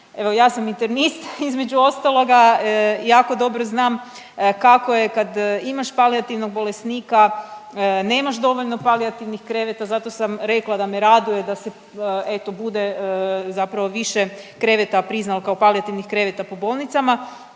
Evo ja sam internist između ostaloga. Jako dobro znam kako je kad imaš palijativnog bolesnika, nemaš dovoljno palijativnih kreveta. Zato sam rekla da me raduje da se eto bude zapravo više kreveta priznalo kao palijativnih kreveta po bolnicama,